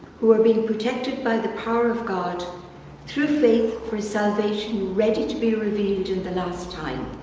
who are being protected by the power of god through faith for salvation ready to be revealed to the last time.